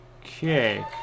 Okay